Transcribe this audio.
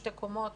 שתי קומות,